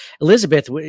Elizabeth